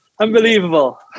unbelievable